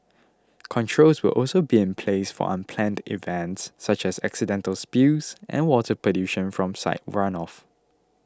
controls will also be in place for unplanned events such as accidental spills and water pollution from site runoff